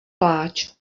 pláč